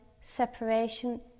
separation